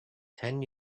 ten